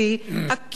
עקיף,